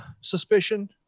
suspicion